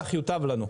כך ייטב לנו.